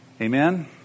Amen